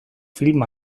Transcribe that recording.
film